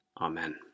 amen